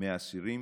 מהאסירים